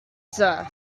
sir